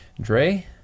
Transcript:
dre